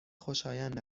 خوشایند